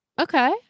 okay